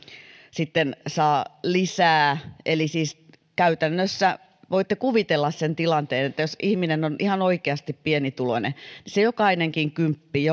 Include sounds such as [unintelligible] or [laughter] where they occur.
sitten saa lisää siis käytännössä voitte kuvitella sen tilanteen että jos ihminen on ihan oikeasti pienituloinen niin jokainen kymppikin [unintelligible]